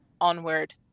onward